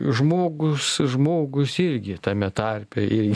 žmogus žmogus irgi tame tarpe ir